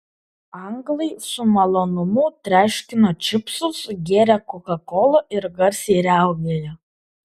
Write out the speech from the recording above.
anglai su malonumu treškino čipsus gėrė kokakolą ir garsiai riaugėjo